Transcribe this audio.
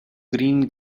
green